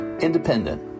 Independent